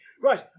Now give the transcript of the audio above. Right